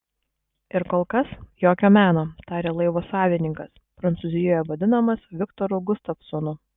ir kol kas jokio meno tarė laivo savininkas prancūzijoje vadinamas viktoru gustavsonu